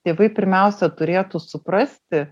tėvai pirmiausia turėtų suprasti